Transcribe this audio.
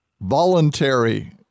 voluntary